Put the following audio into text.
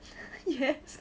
yes